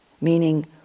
Meaning